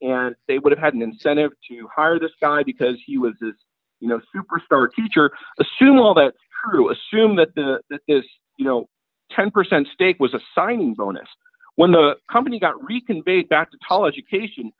and they would have had an incentive to hire this guy because he was you know superstar teacher assume all that who assume that you know ten percent stake was a signing bonus when the company got re can be back to college education